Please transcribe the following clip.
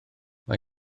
mae